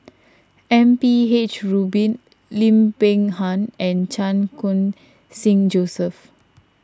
M P H Rubin Lim Peng Han and Chan Khun Sing Joseph